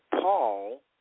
Paul